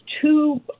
two